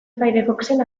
firefoxen